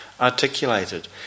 articulated